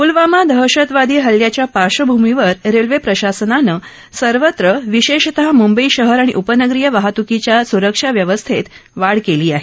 पुलवामा दहशतवादी हल्ल्याच्या पार्क्षभूमीवर रेल्वे प्रशासनानं सर्वत्र विशेषतः मुंबई आणि उपनगरीय वाहत्कीच्या सुरक्षा व्यवस्थेत वाढ केली आहे